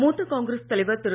மூத்த காங்கிரஸ் தலைவர் திரு